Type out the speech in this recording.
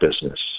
business